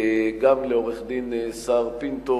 וגם לעורך-דין סהר פינטו,